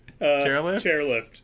chairlift